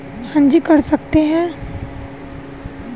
तुम शॉपिंग के लिए अपने वर्चुअल कॉर्ड भी इस्तेमाल कर सकते हो